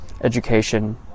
education